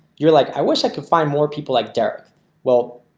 you're like, i wish i could find more people like derek well,